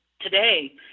today